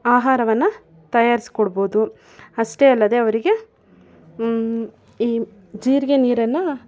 ಆಹಾರವನ್ನು ತಯಾರಿಸ್ಕೊಡ್ಬೋದು ಅಷ್ಟೇ ಅಲ್ಲದೆ ಅವರಿಗೆ ಈ ಜೀರಿಗೆ ನೀರನ್ನು